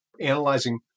analyzing